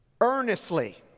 earnestly